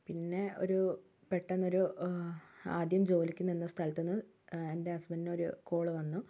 പിന്നെ ഒരു പെട്ടെന്നൊരു അ ആദ്യം ജോലിക്ക് നിന്ന സ്ഥലത്ത് എൻ്റെ ഹസ്ബൻ്റിനൊരു കോള് വന്നു